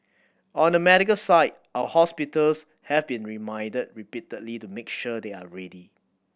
on the medical side our hospitals have been reminded repeatedly to make sure they are ready